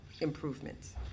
improvements